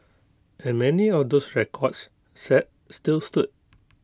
and many of those records set still stood